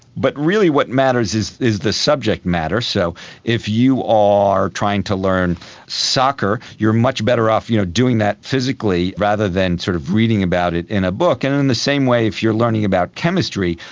but really what matters is is the subject matter. so if you are trying to learn soccer, you are much better off you know doing that physically rather than sort of reading about it in a book. and in and the same way, if you are learning about chemistry,